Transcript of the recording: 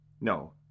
No